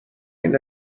این